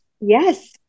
Yes